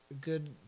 good